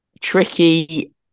tricky